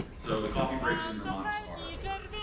so the coffee breaks in vermont are over.